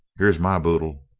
here's my boodle.